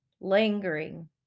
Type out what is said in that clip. lingering